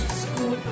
school